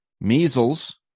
measles